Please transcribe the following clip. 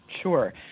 Sure